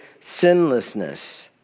sinlessness